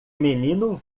menino